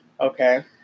Okay